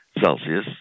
Celsius